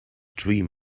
dream